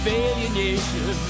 alienation